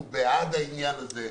אנחנו בעד העניין הזה.